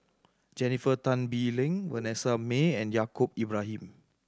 Jennifer Tan Bee Leng Vanessa Mae and Yaacob Ibrahim